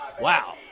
Wow